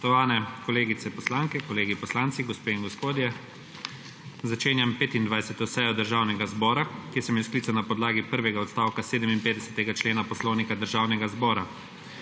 Spoštovani kolegice poslanke, kolegi poslanci, gospe in gospodje! Začenjam 25. sejo Državnega zbora, ki sem jo sklical na podlagi prvega odstavka 57. člena Poslovnika Državnega zbora.